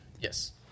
Yes